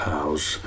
House